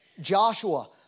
Joshua